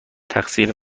تقصیر